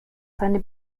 seine